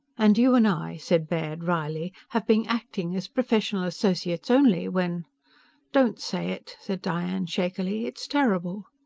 and you and i, said baird wryly, have been acting as professional associates only, when don't say it! said diane shakily. it's terrible!